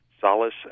solace